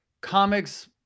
comics